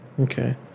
Okay